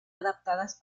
adaptadas